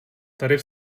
tarif